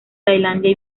tailandia